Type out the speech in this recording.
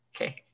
Okay